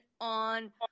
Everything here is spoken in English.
on